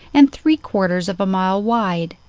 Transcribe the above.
and three-quarters of a mile wide,